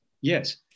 Yes